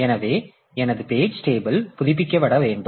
எனவே எனது page table புதுப்பிக்கப்பட வேண்டும்